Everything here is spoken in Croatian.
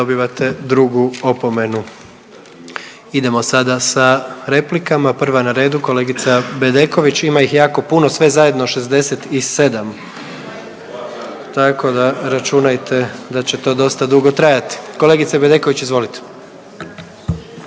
dobivate drugu opomenu. Idemo sada sa replikama, prva na redu kolegica Bedeković. Ima ih jako puno sve zajedno 67, tako da računajte da će to dosta dugo trajati. Kolegice Bedeković izvolite.